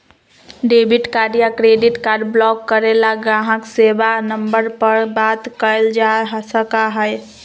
debit card या credit card block करे ला ग्राहक सेवा नंबर पर बात कइल जा सका हई